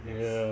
ya